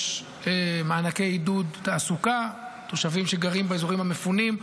יש מענקי עידוד תעסוקה לתושבים שגרים באזורים המפונים,